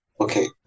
Okay